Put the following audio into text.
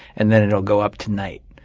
and then it will go up tonight.